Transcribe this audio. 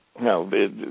No